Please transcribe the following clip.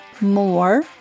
more